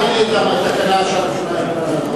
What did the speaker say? לבקש לא להצביע.